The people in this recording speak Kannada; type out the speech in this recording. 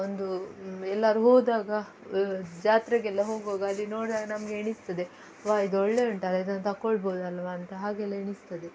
ಒಂದು ಎಲ್ಲರೂ ಹೋದಾಗ ಜಾತ್ರೆಗೆಲ್ಲ ಹೋಗುವಾಗ ಅಲ್ಲಿ ನೋಡುವಾಗ ನಮಗೆ ಎಣಿಸ್ತದೆ ವಾ ಇದು ಒಳ್ಳೆ ಉಂಟಲ್ಲ ಇದನ್ನ ತಗೊಳ್ಬೋದಲ್ವ ಅಂತ ಹಾಗೆಲ್ಲ ಎಣಿಸ್ತದೆ